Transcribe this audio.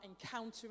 encountering